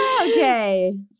Okay